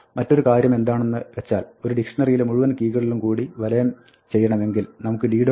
മറ്റൊരു കാര്യമുള്ളതെന്താണെന്ന് വെച്ചാൽ ഒരു ഡിക്ഷ്ണറി യിലെ മുഴുവൻ കീകളിലും കൂടി വലയം ചെയ്യണമെങ്കിൽ നമുക്ക് d